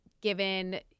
given